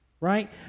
right